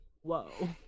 whoa